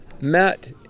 Matt